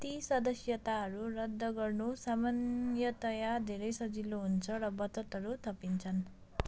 ती सदस्यताहरू रद्द गर्नु सामान्यतया धेरै सजिलो हुन्छ र बचतहरू थपिन्छन्